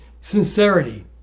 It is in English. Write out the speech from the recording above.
sincerity